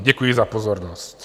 Děkuji za pozornost.